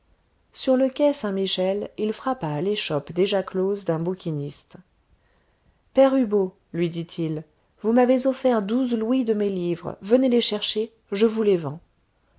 sur le quai saint-michel il frappa à l'échoppe déjà close d'un bouquiniste père hubault lui dit-il vous m'avez offert douze louis de mes livres venez les chercher je vous les vends